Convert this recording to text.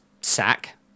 sack